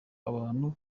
abantu